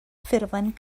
ffurflen